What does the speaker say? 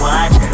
Watch